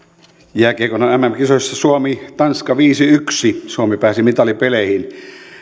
jääkiekon mm kisoissa suomi tanska viisi viiva yksi suomi pääsi mitalipeleihin